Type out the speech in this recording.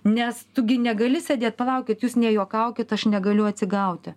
nes tu gi negali sėdėt palaukit jūs nejuokaukit aš negaliu atsigauti